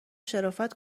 شرافت